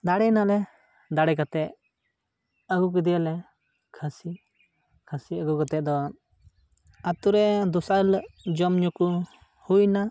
ᱫᱟᱲᱮᱭ ᱱᱟᱞᱮ ᱫᱟᱲᱮ ᱠᱟᱛᱮᱫ ᱟᱹᱜᱩ ᱠᱮᱫᱮᱭᱟᱞᱮ ᱠᱷᱟᱹᱥᱤ ᱠᱟᱹᱥᱤ ᱟᱹᱜᱩ ᱠᱟᱛᱮᱫ ᱫᱚ ᱟᱹᱛᱩ ᱨᱮ ᱫᱚᱥᱟᱨ ᱦᱤᱞᱳᱜ ᱡᱚᱢᱼᱧᱩ ᱠᱚ ᱦᱩᱭᱱᱟ